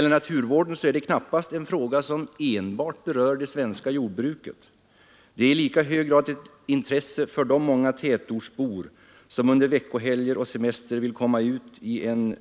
Och naturvården är knappast ett intresse som berör enbart det svenska jordbruket — den är i lika hög grad ett intresse för de många tätortsbor som under veckohelger och semestrar vill komma ut i en